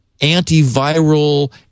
anti-viral